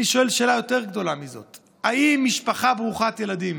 אני שואל שאלה יותר גדולה מזאת: האם משפחה ברוכת ילדים